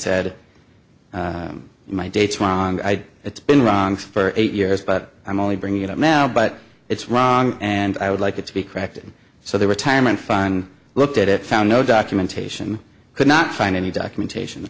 said my dates wrong it's been wrong for eight years but i'm only bringing it up now but it's wrong and i would like it to be corrected so the retirement fund looked at it found no documentation could not find any documentation